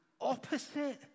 opposite